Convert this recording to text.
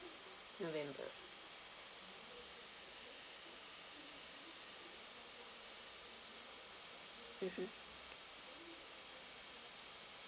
november mmhmm